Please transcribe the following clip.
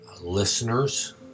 listeners